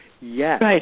Yes